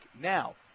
Now